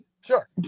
Sure